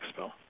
Expo